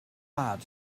bad